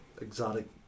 exotic